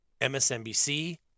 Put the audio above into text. MSNBC